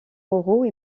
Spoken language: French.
moraux